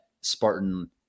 Spartan